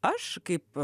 aš kaip